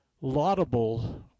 laudable